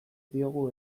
diogu